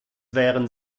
wären